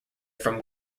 from